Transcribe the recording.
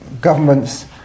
governments